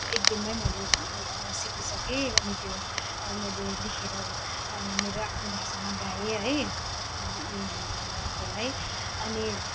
एक दिनमै मैले सिकिसकेँ अनि त्यो मैले लेखेर मेरो आफ्नो भाषामा गाएँ है त्यसलाई अनि